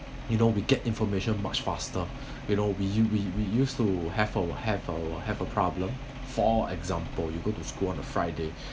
you know we get information much faster you know we u~ we we used to have a have a have a problem for example you go to school on friday